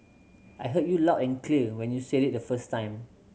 I heard you loud and clear when you said it the first time